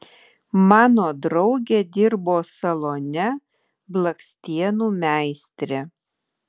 mano draugė dirbo salone blakstienų meistre